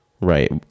Right